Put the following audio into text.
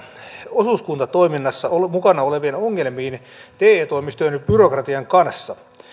osuuskuntatoiminnassa mukana olevien ongelmiin te toimistojen byrokratian kanssa